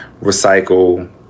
recycle